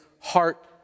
heart